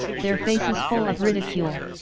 their faces full of ridicule.